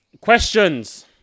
questions